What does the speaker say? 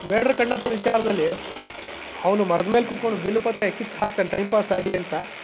ಬೇಡರ ಕಣ್ಣಪ್ಪನ ವಿಚಾರದಲ್ಲಿ ಅವನು ಮರದ ಮೇಲೆ ಕುತ್ಕೊಂಡು ಬಿಲ್ವ ಪತ್ರೆ ಕಿತ್ತು ಹಾಕ್ತಾನೆ ಟೈಮ್ ಪಾಸಾಗಲಿ ಅಂತ